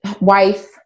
wife